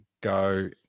go